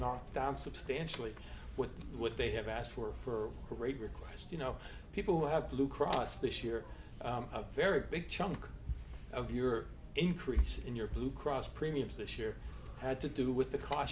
not down substantially with what they have asked for for a great request you know people have blue cross this year a very big chunk of your increase in your blue cross premiums this year had to do with the c